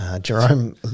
Jerome